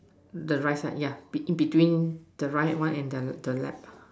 the right side yeah in between the right one and the left